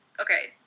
Okay